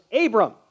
Abram